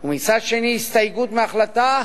ומצד שני הסתייגות מההחלטה,